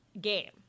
game